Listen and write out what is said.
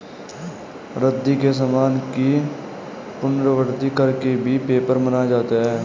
रद्दी के सामान की पुनरावृति कर के भी पेपर बनाया जाता है